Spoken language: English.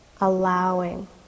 allowing